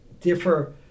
differ